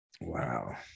Wow